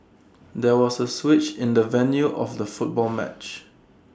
there was A switch in the venue of the football match